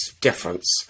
difference